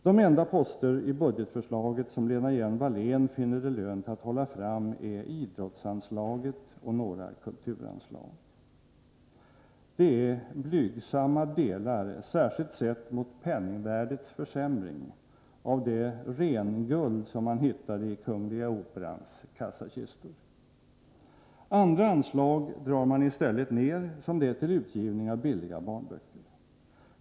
De enda poster i budgetförslaget som Lena Hjelm-Wallén finner det lönt att hålla fram är idrottsanslaget och några kulturanslag. Det är blygsamma delar, särskilt sett mot penningvärdets försämring, av det ”Rhenguld” som man hittade i Kungl. Operans kassakistor. Andra anslag drar man i stället ned som det till utgivning av billiga barnböcker.